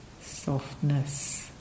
Softness